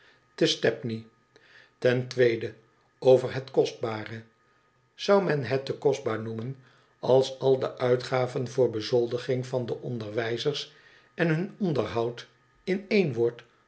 te stepney ten tweede over het kostbare zou men het te kostbaar noemen als al de uitgaven voor bezoldiging van de onderwijzers en hun onderhoud in één woord